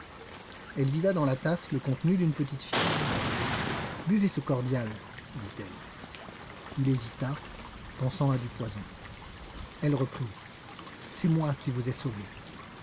elle vida dans la tasse le contenu d'une petite fiole buvez ce cordial dit-elle il hésita pensant à du poison elle reprit c'est moi qui vous ai sauvé